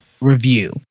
review